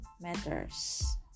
matters